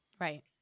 right